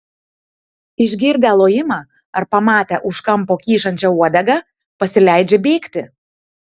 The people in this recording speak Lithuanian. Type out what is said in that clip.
išgirdę lojimą ar pamatę už kampo kyšančią uodegą pasileidžia bėgti